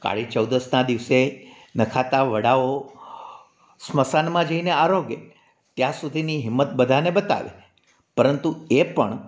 કાળી ચૌદસના દિવસે નખાતા વડાઓ સ્મશાનમાં જઈને આરોગે ત્યાં સુધીની હિંમત બધાને બતાવે પરંતુ એ પણ